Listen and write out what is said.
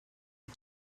you